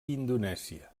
indonèsia